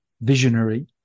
visionary